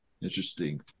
interesting